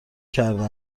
کرده